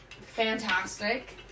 fantastic